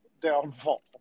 downfall